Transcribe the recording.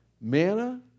manna